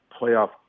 playoff